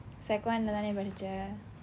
sec one இல்ல தானே படிச்ச:illa thaane padicha